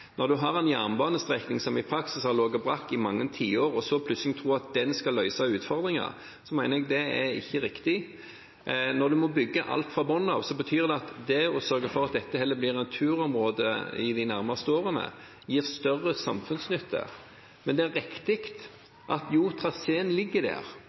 Når en har en jernbanestrekning som i praksis har ligget brakk i mange tiår, og så plutselig tror at den skal løse utfordringene, mener jeg det ikke er riktig. Når en må bygge alt fra bunnen av, betyr det at å sørge for at dette heller blir et turområde i de nærmeste årene, gir større samfunnsnytte. Men det er riktig at traseen ligger der.